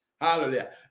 Hallelujah